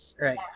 Right